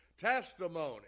testimony